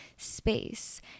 Space